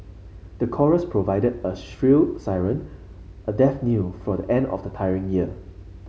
the chorus provided a shrill siren a death knell for the end of a tiring year